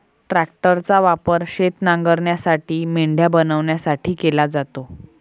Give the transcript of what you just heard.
ट्रॅक्टरचा वापर शेत नांगरण्यासाठी, मेंढ्या बनवण्यासाठी केला जातो